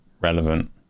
relevant